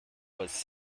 was